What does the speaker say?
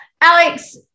Alex